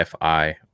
fi